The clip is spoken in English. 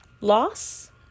loss